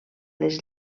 les